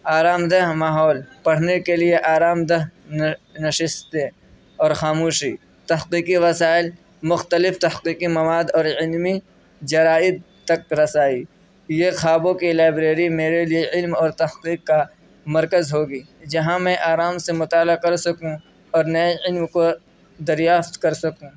آرام دہ ماحول پڑھنے کے لیے آرام دہ نشستیں اور خاموشی تحقیقی وسائل مختلف تحقیقی مواد اور علمی جرائد تک رسائی یہ خوابوں کی لائبریری میرے لیے علم اور تحقیق کا مرکز ہوگی جہاں میں آرام سے مطالعہ کر سکوں اور نئے علم کو دریافت کر سکوں